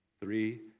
three